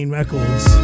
records